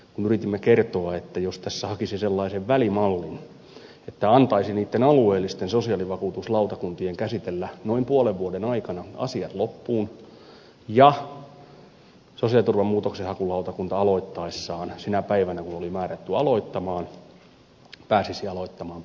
yritimme kertoa että jos tässä hakisi sellaisen välimallin että antaisi niiden alueellisten sosiaalivakuutuslautakuntien käsitellä noin puolen vuoden aikana asiat loppuun niin sosiaaliturvamuutoksenhakulautakunta aloittaessaan sinä päivänä kun oli määrätty aloittamaan pääsisi aloittamaan puhtaalta pöydältä